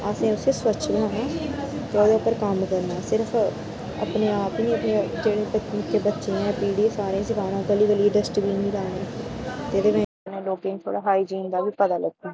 असें उसी स्वच्छ बनाना ते ओह्दे उप्पर कम्म करना सिर्फ अपने आप गी नी अपने जेह्डे निक्के निक्के बच्चे न पीढ़ी गी सारें सनाना गली गली च डस्टबीन बी लाने ते एह्दे कन्ने लोकें गी थोह्ड़ा हाईजीन दा बी पता लग्गै